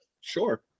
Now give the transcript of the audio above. Sure